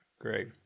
great